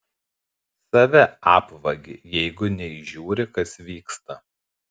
save apvagi jeigu neįžiūri kas vyksta